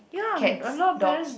cats dogs